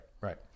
Right